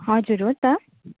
हजुर हो त